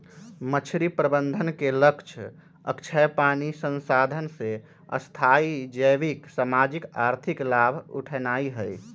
मछरी प्रबंधन के लक्ष्य अक्षय पानी संसाधन से स्थाई जैविक, सामाजिक, आर्थिक लाभ उठेनाइ हइ